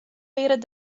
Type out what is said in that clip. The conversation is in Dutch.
leren